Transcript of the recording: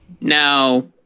No